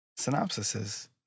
synopsises